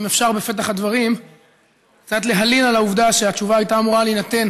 אם אפשר בפתח הדברים קצת להלין על העובדה שהתשובה הייתה אמורה להינתן